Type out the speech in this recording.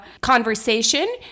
conversation